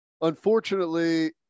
unfortunately